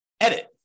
edit